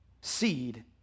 seed